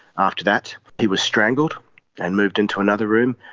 after that he was strangled and moved into another room,